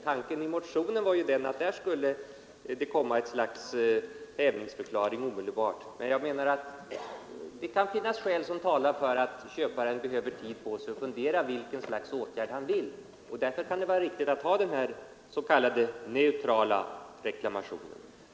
Tanken i motionen var att köparen skulle göra en sorts hävningsförklaring omedelbart, men jag menar att det kan finnas skäl som talar för att köparen behöver tid på sig att fundera över vilket slags åtgärd han vill vidta. Därför kan det vara viktigt att ha den s.k. neutrala reklamationen.